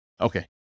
Okay